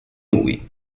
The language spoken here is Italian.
lui